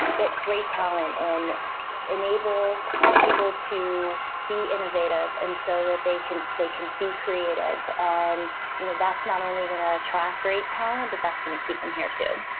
get great talent and enable people to be innovative and so that they can they can be creative, and you know that's not only going to track rate talent, but that's going to keep them here to.